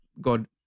God